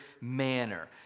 manner